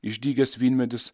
išdygęs vynmedis